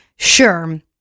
Sure